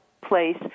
place